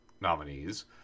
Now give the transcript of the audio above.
nominees